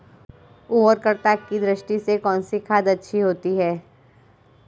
उर्वरकता की दृष्टि से कौनसी खाद अच्छी होती है?